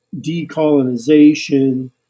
decolonization